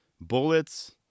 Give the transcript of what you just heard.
bullets